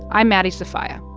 i'm maddie sofia.